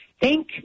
thank